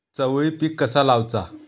चवळी पीक कसा लावचा?